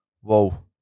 Whoa